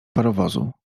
parowozu